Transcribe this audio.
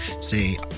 say